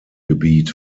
gebiet